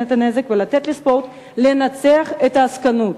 את הנזק ולתת לספורט לנצח את העסקנות.